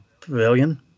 pavilion